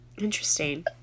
Interesting